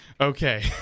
okay